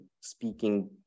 speaking